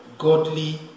Godly